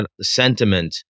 sentiment